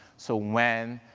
so when,